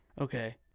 Okay